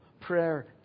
Prayer